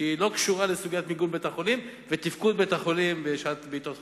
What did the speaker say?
שלא קשורה לסוגיית מיגון בית-החולים ותפקוד בית-החולים בעתות חירום.